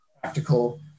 practical